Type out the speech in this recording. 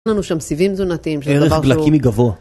אין לנו שם סיבים תזונתיים שזה דבר זו... ערך גליקמי גבוה